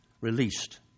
released